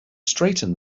straighten